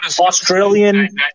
Australian